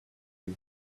you